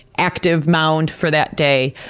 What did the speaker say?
active mound, for that day,